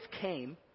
came